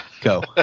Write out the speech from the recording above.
Go